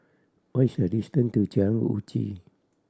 what is the distance to Jalan Uji